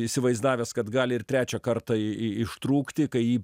įsivaizdavęs kad gali ir trečią kartą ištrūkti kai jį